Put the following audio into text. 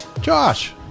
Josh